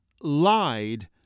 lied